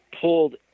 pulled